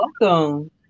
welcome